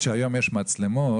היום יש מצלמות,